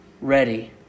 ready